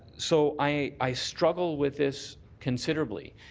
so i struggle with this considerably.